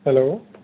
hello